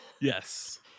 Yes